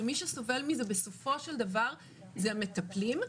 ומי שסובל מזה בסופו של דבר הם המטפלים,